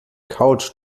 couch